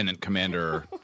commander